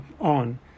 on